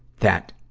that,